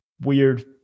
weird